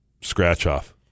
scratch-off